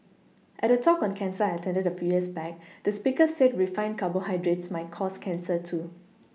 at a talk on cancer I attended a few years back the speaker said refined carbohydrates might cause cancer too